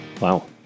Wow